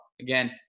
Again